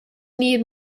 need